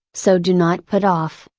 so do not put off,